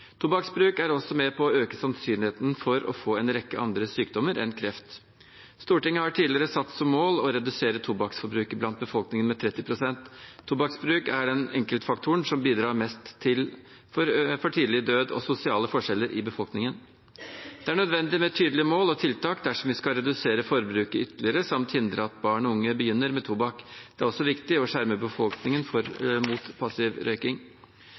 Tobakksbruk er også med på å øke sannsynligheten for å få en rekke andre sykdommer enn kreft. Stortinget har tidligere satt som mål å redusere tobakksforbruket blant befolkningen med 30 pst. Tobakksbruk er den enkeltfaktoren som bidrar mest til for tidlig død og sosiale forskjeller i befolkningen. Det er nødvendig med tydelige mål og tiltak dersom vi skal redusere forbruket ytterligere, samt hindre at barn og unge begynner med tobakk. Det er også viktig å skjerme befolkningen mot passiv røyking.